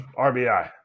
RBI